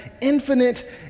infinite